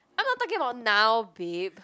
I'm not talking about now babe